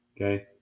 Okay